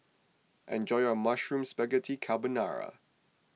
enjoy your Mushroom Spaghetti Carbonara